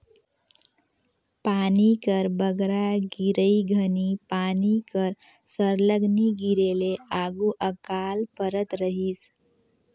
पानी कर बगरा गिरई घनी पानी कर सरलग नी गिरे ले आघु अकाल परत रहिस